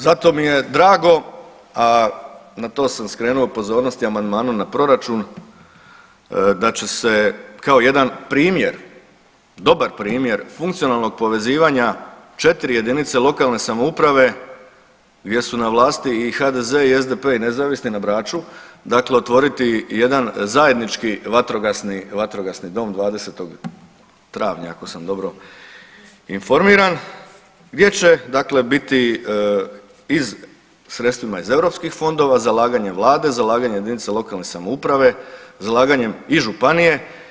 Zato mi je drago, na to sam skrenuo pozornost i amandmanom na proračun da će se kao jedan primjer, dobar primjer funkcionalnog povezivanja 4 jedinice lokalne samouprave gdje su na vlasti i HDZ i SDP i nezavisni na Braču, dakle otvoriti jedan zajednički vatrogasni dom 20. travnja ako sam dobro informiran, gdje će dakle biti sredstvima iz EU fondova, zalaganje Vlade, zalaganje jedinice lokalne samouprave, zalaganjem i županije.